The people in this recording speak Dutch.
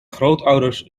grootouders